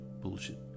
bullshit